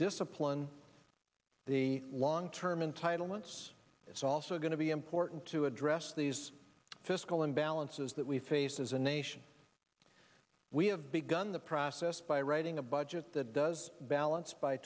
discipline the long term entitlement it's also going to be important to address these fiscal imbalances that we face as a nation we have begun the process by writing a budget that does balance by